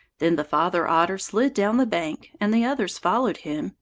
then the father otter slid down the bank, and the others followed him,